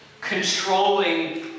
controlling